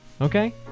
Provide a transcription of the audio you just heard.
okay